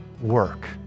work